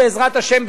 בעזרת השם,